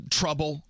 trouble